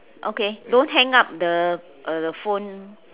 okay don't hang up the uh the phone